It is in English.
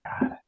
god